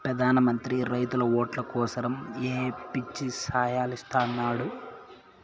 పెదాన మంత్రి రైతుల ఓట్లు కోసరమ్ ఏయో పిచ్చి సాయలిస్తున్నాడు